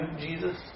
Jesus